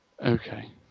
Okay